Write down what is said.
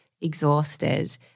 exhausted